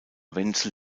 wenzel